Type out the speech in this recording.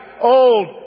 old